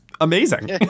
amazing